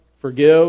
forgive